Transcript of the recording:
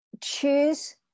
choose